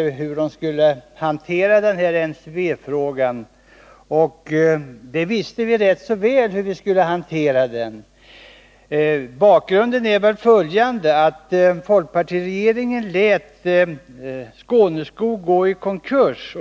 visste hur den skulle hantera denna NCB-fråga. Vi visste rätt väl hur vi skulle hantera den frågan. Bakgrunden är följande. Folkpartiregeringen lät Skåneskog gå i konkurs.